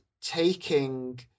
taking